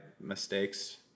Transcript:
mistakes